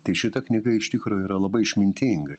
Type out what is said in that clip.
tai šita knyga iš tikro yra labai išmintinga